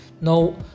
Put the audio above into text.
no